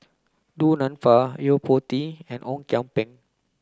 Du Nanfa Yo Po Tee and Ong Kian Peng